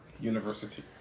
University